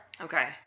Okay